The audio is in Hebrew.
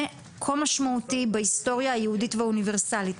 כה משמעותי בהיסטוריה היהודית והאוניברסלית,